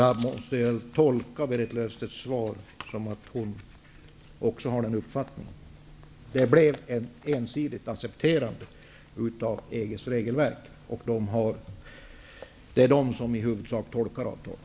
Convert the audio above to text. Jag måste tolka Berit Löfstedts svar så att också hon har den uppfattningen. Det blev ett ensidigt accepterande av EG:s regelverk, och det är i huvudsak EG som tolkar avtalet.